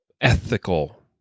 ethical